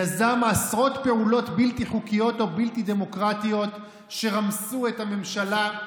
יזם עשרות פעולות בלתי חוקיות או בלתי דמוקרטיות שרמסו את הממשלה,